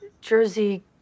Jersey